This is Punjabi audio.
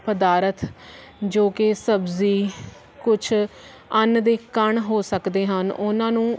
ਪਦਾਰਥ ਜੋ ਕਿ ਸਬਜ਼ੀ ਕੁਛ ਅੰਨ ਦੇ ਕਣ ਹੋ ਸਕਦੇ ਹਨ ਉਹਨਾਂ ਨੂੰ